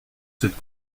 cette